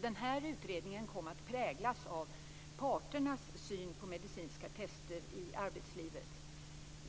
Den här utredningen kom att präglas av parternas syn på medicinska test i arbetslivet.